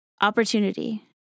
opportunity